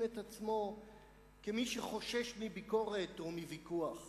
את עצמו כמי שחושש מביקורת או מוויכוח.